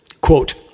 quote